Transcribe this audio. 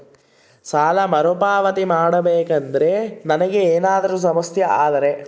ಸಾಲ ಮರುಪಾವತಿ ಮಾಡಬೇಕಂದ್ರ ನನಗೆ ಏನಾದರೂ ಸಮಸ್ಯೆ ಆದರೆ?